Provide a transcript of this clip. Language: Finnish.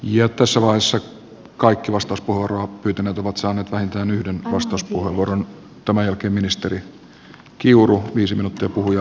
ja tossavaisen kaikki vastus puuroa pitäneet ovat saaneet vähintään yhden vastus juha vuoren to melkein ministeri kiuru viisi arvoisa puhemies